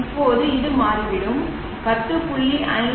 இப்போது இது மாறிவிடும் 10